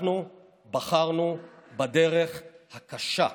אנחנו בחרנו בדרך הקשה,